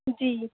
جی